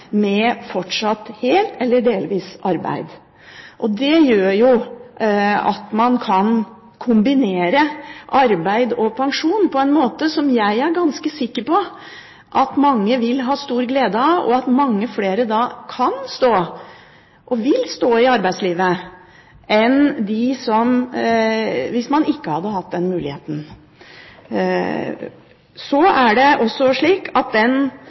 kombinere arbeid og pensjon på en måte som jeg er ganske sikker på at mange vil ha stor glede av, og at mange flere kan stå og vil stå i arbeidslivet enn hvis man ikke hadde hatt den muligheten. Så er det også slik at den